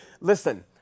Listen